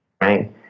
right